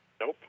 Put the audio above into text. Nope